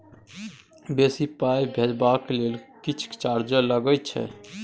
बेसी पाई भेजबाक लेल किछ चार्जो लागे छै?